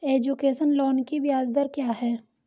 Education loan की ब्याज दर क्या है?